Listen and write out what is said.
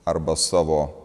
arba savo